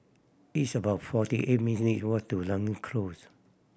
it's about forty eight minute walk to Close